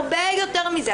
הרבה יותר מזה.